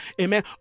Amen